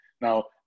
Now